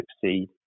succeed